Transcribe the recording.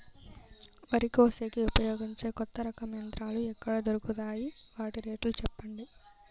వరి కోసేకి ఉపయోగించే కొత్త రకం యంత్రాలు ఎక్కడ దొరుకుతాయి తాయి? వాటి రేట్లు చెప్పండి?